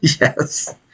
Yes